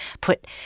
put